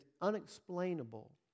unexplainable